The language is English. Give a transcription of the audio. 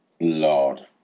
Lord